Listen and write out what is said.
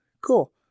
Cool